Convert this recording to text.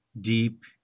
deep